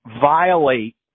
violate